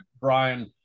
Brian